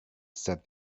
said